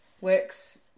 Work's